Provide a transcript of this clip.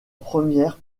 première